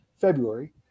February